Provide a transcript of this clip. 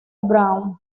brown